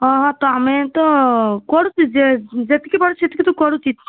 ହଁ ହଁ ତା'ହେଲେ ତ କରୁଛି ଯେ ଯେତିକ ପାରୁଛି ସେତିକି ତ କରୁଛି